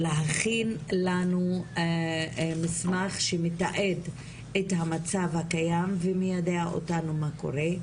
להכין לנו מסמך שמתעד את המצב הקיים ומידע אותנו מה קורה.